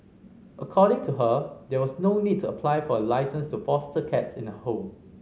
according to her there was no needs apply for a licence to foster cats in the home